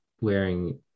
wearing